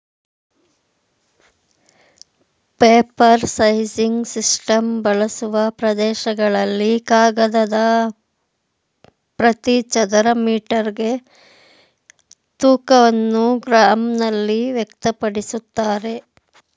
paper sizing system ಬಳಸುವ ಪ್ರದೇಶಗಳಲ್ಲಿ ಕಾಗದದ ಪ್ರತಿ ಚದರ ಮೀಟರ್ಗೆ ತೂಕವನ್ನು ಗ್ರಾಂನಲ್ಲಿ ವ್ಯಕ್ತಪಡಿಸ್ತಾರೆ